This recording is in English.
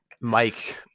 Mike